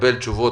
נקבל תשובות